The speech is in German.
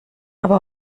aber